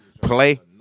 play